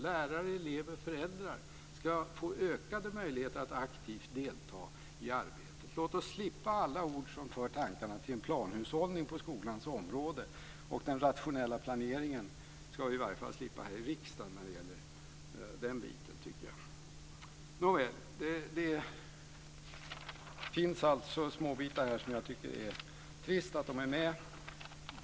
Lärare, elever och föräldrar ska få ökade möjligheter att aktivt delta i arbetet. Låt oss slippa alla ord som för tankarna till en planhushållning på skolans område. Den rationella planeringen ska vi i varje fall slippa här i riksdagen när det gäller den biten, tycker jag. Det finns småbitar här som jag tycker det är trist att det finns med.